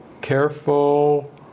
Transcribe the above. careful